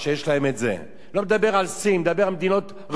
אלא על מדינות רבות שכן יש אצלן חסימה.